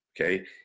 okay